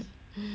shirt